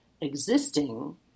existing